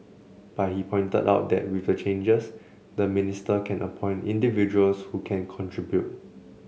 but he pointed out that with the changes the minister can appoint individuals who can contribute